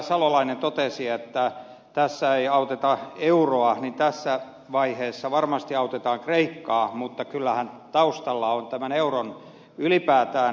salolainen totesi että tässä ei auteta euroa niin tässä vaiheessa varmasti autetaan kreikkaa mutta kyllähän taustalla on euron arvo ylipäätään